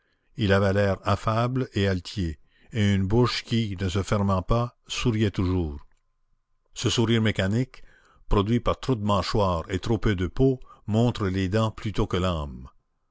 il avait l'air affable et altier et une bouche qui ne se fermant pas souriait toujours ce sourire mécanique produit par trop de mâchoire et trop peu de peau montre les dents plutôt que l'âme